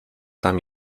tam